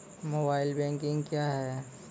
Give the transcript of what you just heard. Mobile banking क्या हैं?